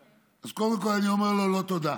אז קודם כול אני אומר לו: לא תודה.